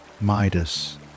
Midas